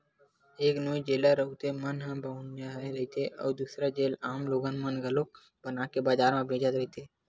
एक नोई जेला राउते मन ही बनाए रहिथे, अउ दूसर जेला आम लोगन मन घलोक बनाके बजार म बेचत रहिथे